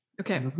Okay